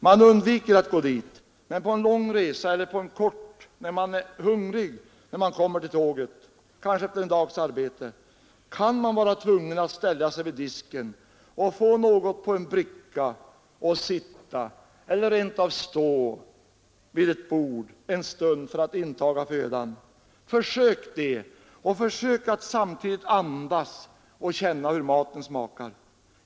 Man undviker att gå dit — men på en lång resa eller på en kort sådan när man hungrig kommit till tåget, kanske efter en dags arbete, kan man vara tvungen att ställa sig vid disken och få något på en bricka och sitta eller rent av stå vid ett bord en stund för att intaga födan. Försök att göra det och att samtidigt känna hur maten smakar!